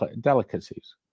delicacies